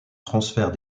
transfert